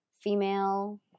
female